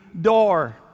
door